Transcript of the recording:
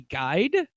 guide